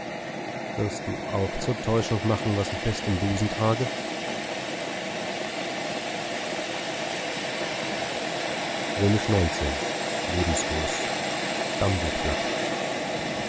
wirst du auch zur täuschung machen was ich fest im busen trage xix lebensgruß